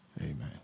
Amen